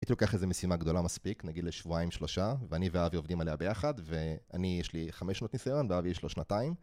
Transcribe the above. הייתי לוקח איזה משימה גדולה מספיק, נגיד לשבועיים, שלושה, ואני ואבי עובדים עליה ביחד ואני יש לי חמש שנות ניסיון ואבי יש לו שנתיים